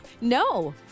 No